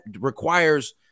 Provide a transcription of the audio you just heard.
requires